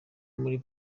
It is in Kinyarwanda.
muri